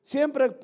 Siempre